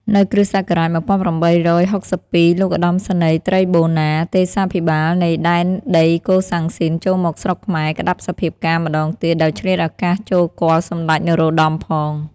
នៅ គ.ស១៨៦២ លោកឧត្តមសេនីយត្រីបូណា ទេសាភិបាលនៃដែនដីកូសាំងស៊ីនចូលមកស្រុកខ្មែរក្តាប់សភាពការណ៍ម្តងទៀត ដោយឆ្លៀតឱកាសចូលគាល់សម្តេចនរោត្តម ផង។